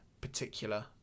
particular